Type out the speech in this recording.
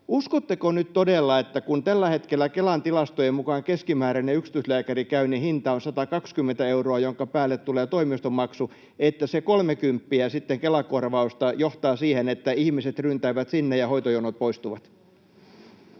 Uskotteko nyt todella, että kun tällä hetkellä Kelan tilastojen mukaan keskimääräinen yksityislääkärikäynnin hinta on 120 euroa, jonka päälle tulee toimistomaksu, että se kolmekymppiä Kela-korvausta johtaa siihen, että ihmiset ryntäävät sinne ja hoitojonot poistuvat?